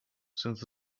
since